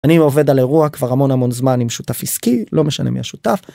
אני עובד על אירוע כבר המון המון זמן עם שותף עסקי לא משנה מי השותף.